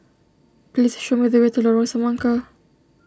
please show me the way to Lorong Semangka